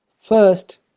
first